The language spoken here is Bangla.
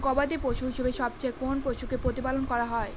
গবাদী পশু হিসেবে সবচেয়ে কোন পশুকে প্রতিপালন করা হয়?